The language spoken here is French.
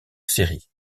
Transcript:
série